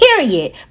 Period